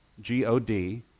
G-O-D